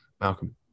Malcolm